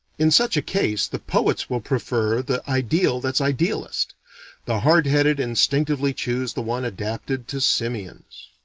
in such a case, the poets will prefer the ideal that's idealest the hard-headed instinctively choose the one adapted to simians.